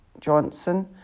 Johnson